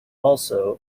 also